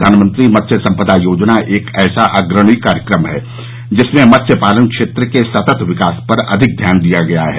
प्रधानमंत्री मत्स्य संपदा योजना एक ऐसा अग्रणी कार्यक्रम है जिसमें मत्स्य पालन क्षेत्र के सतत विकास पर अधिक ध्यान दिया गया है